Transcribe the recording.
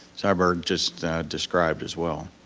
syberg just described as well.